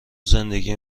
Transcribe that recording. زندگی